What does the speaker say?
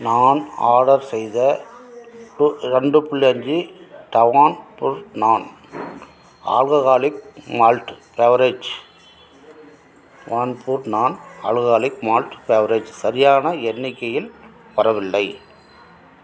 நான் ஆர்டர் செய்த ரெண்டு புள்ளி அஞ்சு தவான் pure non alcoholic malt beverage one pure non alcoholic malt beverage சரியான எண்ணிக்கையில் வரவில்லை